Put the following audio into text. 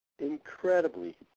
incredibly